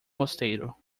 mosteiro